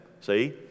See